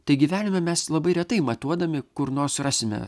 tai gyvenime mes labai retai matuodami kur nors rasime